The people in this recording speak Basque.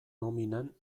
nominan